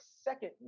second